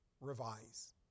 Revise